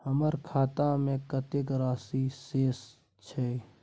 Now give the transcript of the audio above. हमर खाता में कतेक राशि शेस छै?